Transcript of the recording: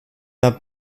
der